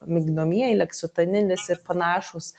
migdomieji leksotanilis ir panašūs